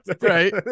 Right